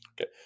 Okay